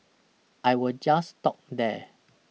I will just stop there